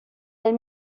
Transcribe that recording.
del